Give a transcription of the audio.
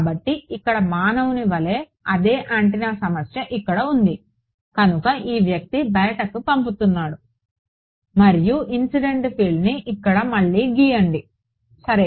కాబట్టి ఇక్కడ మానవుని వలె అదే యాంటెన్నా సమస్య ఇక్కడ ఉంది కనుక ఈ వ్యక్తి బయటకు పంపుతున్నాడు మరియు ఇన్సిడెంట్ ఫీల్డ్ని ఇక్కడ మళ్లీ గీయండి సరే